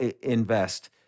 invest